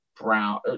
Brown –